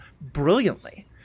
brilliantly